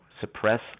suppress